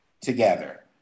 together